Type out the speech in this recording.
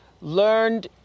learned